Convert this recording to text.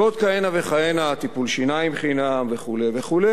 ועוד כהנה וכהנה: טיפול שיניים חינם וכו' וכו',